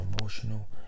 emotional